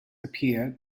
appear